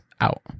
out